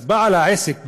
אז בעל העסק,